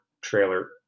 trailer